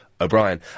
O'Brien